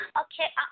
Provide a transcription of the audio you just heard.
Okay